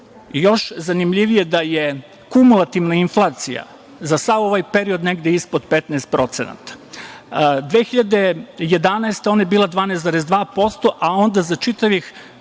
još zanimljivije da je kumulativna inflacija za sav ovaj period negde ispod 15%.Godine 2011. ona je bila 12,2%, a onda za čitavih